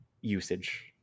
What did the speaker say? usage